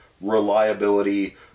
reliability